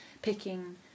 picking